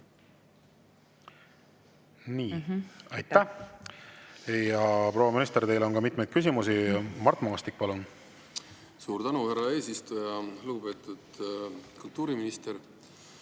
Aitäh! Proua minister, teile on ka mitmeid küsimusi. Mart Maastik, palun! Suur tänu, härra eesistuja! Lugupeetud kultuuriminister!